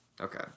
Okay